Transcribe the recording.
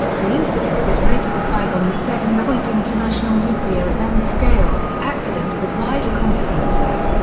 the incident was rated a five on the seven-point international nuclear event scale accident with wider consequences.